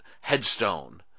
headstone